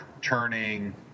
turning